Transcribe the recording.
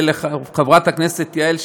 חברת הכנסת יעל,